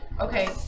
Okay